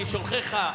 כי שולחיך,